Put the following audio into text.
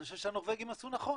אני חושב שהנורבגים עשו נכון,